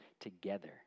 together